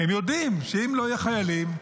הם יודעים שאם לא יהיו חיילים,